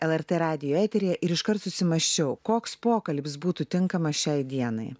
lrt radijo eteryje ir iškart susimąsčiau koks pokalbis būtų tinkamas šiai dienai